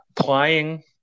applying